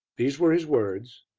these were his words,